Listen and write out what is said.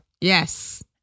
Yes